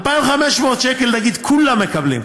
2,500 שקל, נגיד, כולם מקבלים,